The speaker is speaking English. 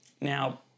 Now